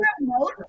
remote